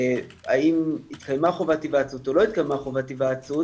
האם התקיימה חובת היוועצות או לא התקיימה חובת היוועצות